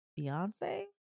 Beyonce